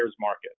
market